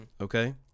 Okay